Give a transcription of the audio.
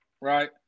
right